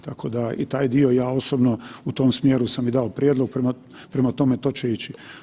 Tako da i taj dio ja osobno u tom smjeru sam dao prijedlog, prema tome to će ići.